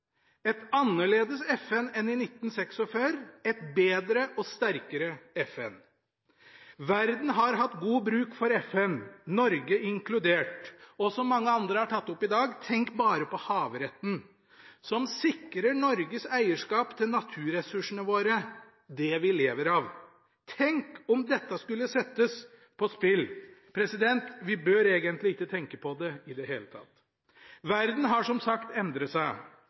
har hatt god bruk for FN, og som mange andre har tatt opp i dag: Tenk bare på havretten, som sikrer Norges eierskap til naturressursene våre, det vi lever av! Tenk om dette skulle settes på spill! Vi bør egentlig ikke tenke på det i det hele tatt. Verden har som sagt endret seg,